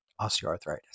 osteoarthritis